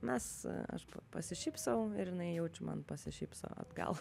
mes aišku pasišypsau ir jinai jaučiu man pasišypso atgal